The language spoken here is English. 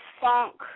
funk